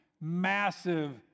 massive